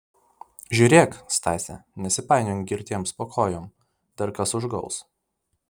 žiūrėk stase nesipainiok girtiems po kojom dar kas užgaus